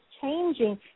changing